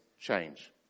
change